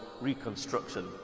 reconstruction